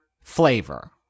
flavor